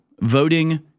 voting